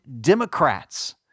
Democrats